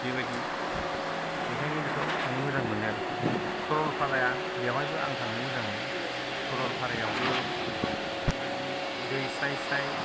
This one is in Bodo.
बेबायदि बेखायनो बेफोराव थांनो मोजां मोनो आर्खि सरलपाराया बेवहायबो आं थांनो मोजां मोनो सरलपारायावबो बेबायदिनो दै स्राय स्राय